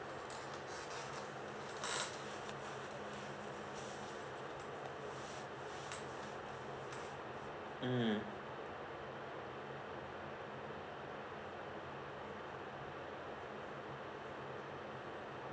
mm